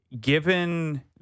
given